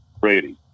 Brady